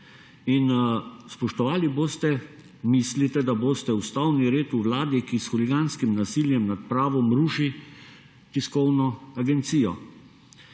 in, spoštovali boste, mislite, da boste, ustavni red v Vladi, ki s huliganskim nasiljem nad pravom ruši tiskovno agencijo,